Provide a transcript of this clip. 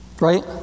Right